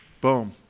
boom